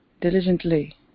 diligently